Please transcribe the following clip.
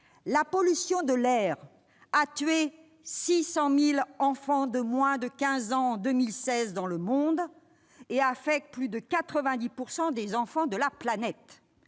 la pollution de l'air a tué 600 000 enfants de moins de 15 ans en 2016 dans le monde et affecte plus de 90 % des enfants de la planète.